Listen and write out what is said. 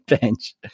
bench